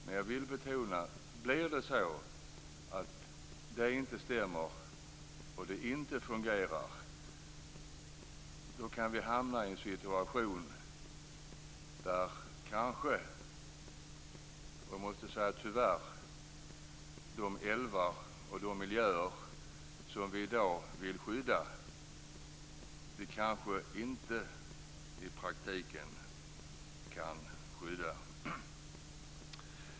Men jag vill betona att om det inte fungerar kan vi hamna i en situation där de älvar och miljöer som vi i dag vill skydda kanske i praktiken tyvärr inte går att bevara.